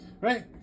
Right